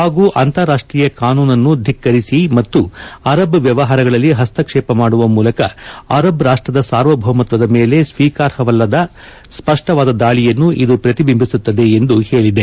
ಹಾಗೂ ಅಂತಾರಾಷ್ಟೀಯ ಕಾನೂನನ್ನು ಧಿಕ್ಷರಿಸಿ ಮತ್ತು ಅರಬ್ ವ್ಯವಹಾರಗಳಲ್ಲಿ ಹಸ್ತಕ್ಷೇಪ ಮಾಡುವ ಮೂಲಕ ಅರಬ್ ರಾಷ್ಟದ ಸಾರ್ವಭೌಮತ್ವದ ಮೇಲೆ ಸ್ವೀಕಾರ್ಹವಲ್ಲದ ಸ್ಪಷ್ವವಾದ ದಾಳಿಯನ್ನು ಇದು ಪ್ರತಿಬಿಂಬಿಸುತ್ತದೆ ಎಂದು ಹೇಳಿದೆ